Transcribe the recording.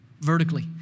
vertically